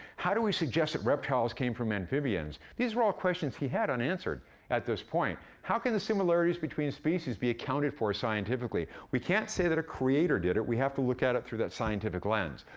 how do we suggest that reptiles came from amphibians? these were all questions he had unanswered at this point. how can the similarities between species be accounted for, scientifically? we can't say that a creator did it. we have to look at it through that scientific lens.